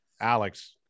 Alex